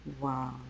wow